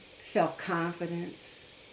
self-confidence